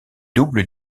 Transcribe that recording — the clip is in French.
double